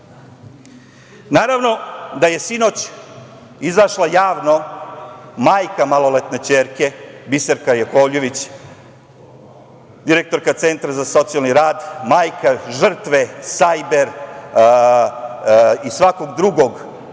laži. Naravno, sinoć je izašla javno majka maloletne ćerke, Biserka Jakovljvić, direktorka Centra za socijalni rad, majka žrtve sajber i svakog drugog